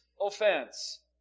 offense